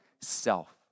self